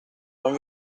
non